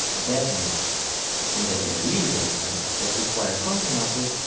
bad notes and that the real bass notes that require consonances,